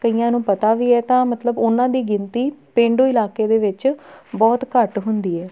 ਕਈਆਂ ਨੂੰ ਪਤਾ ਵੀ ਹੈ ਤਾਂ ਮਤਲਬ ਉਹਨਾਂ ਦੀ ਗਿਣਤੀ ਪੇਂਡੂ ਇਲਾਕੇ ਦੇ ਵਿੱਚ ਬਹੁਤ ਘੱਟ ਹੁੰਦੀ ਹੈ